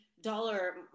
dollar